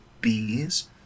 bees